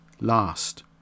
last